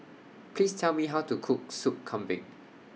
Please Tell Me How to Cook Sop Kambing